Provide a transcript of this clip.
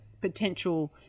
potential